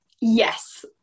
Yes